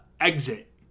exit